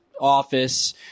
office